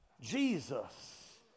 Jesus